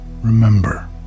Remember